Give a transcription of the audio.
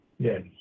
Yes